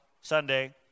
Sunday